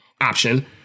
option